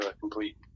complete